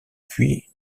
puits